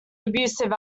abusive